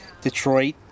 Detroit